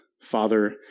father